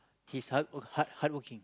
he's hard hard hardworking